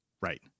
Right